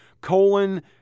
colon